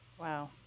Wow